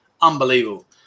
Unbelievable